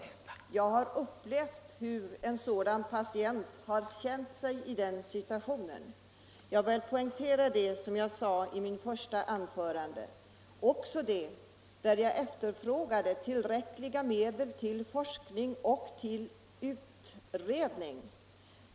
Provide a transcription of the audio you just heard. Jag har upplevt hur en sådan patient har känt sig i den situationen. Jag vill även poängtera vad jag i mitt första anförande sade om behovet av tillräckliga medel till forskning och utredning.